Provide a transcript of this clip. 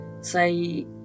say